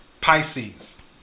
Pisces